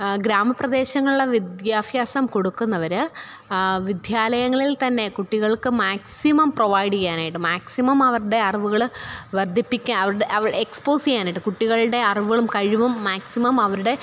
ഗ്രാമപ്രദേശങ്ങളിൽ വിദ്യാഭ്യാസം കൊടുക്കുന്നവർ വിദ്യാലയങ്ങളില് തന്നെ കുട്ടികള്ക്ക് മാക്സിമം പ്രൊവൈഡ് ചെയ്യാനായിട്ട് മാക്സിമം അവരുടെ അറിവുകൾ വര്ദ്ധിപ്പിക്കുക അവരുടെ അവ എക്സ്പോസ് ചെയ്യാനായിട്ട് കുട്ടികളുടെ അറിവുകളും കഴിവും മാക്സിമം അവരുടെ